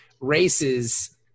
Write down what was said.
races